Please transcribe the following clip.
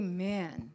Amen